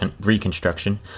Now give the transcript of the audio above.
Reconstruction